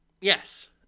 Yes